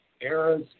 errors